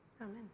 Amen